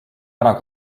ära